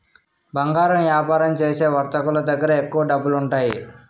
బంగారు వ్యాపారం చేసే వర్తకులు దగ్గర ఎక్కువ డబ్బులుంటాయి